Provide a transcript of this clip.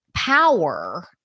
power